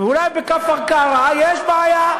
אולי בכפר-קרע יש בעיה,